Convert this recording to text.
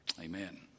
Amen